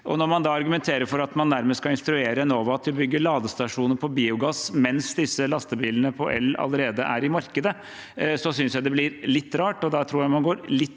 Når man da argumenterer for at man nærmest skal instruere Enova til å bygge ladestasjoner for biogass mens disse ellastebilene allerede er i markedet, synes jeg det blir litt rart. Da tror jeg man går litt